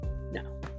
no